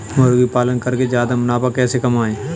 मुर्गी पालन करके ज्यादा मुनाफा कैसे कमाएँ?